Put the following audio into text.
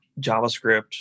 JavaScript